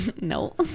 No